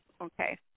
Okay